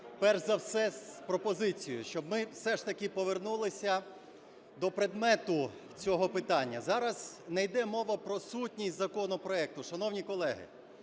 перш за все, з пропозицією щоб ми все ж таки повернулися до предмету цього питання. Зараз не йде мова про сутність законопроекту, шановні колеги,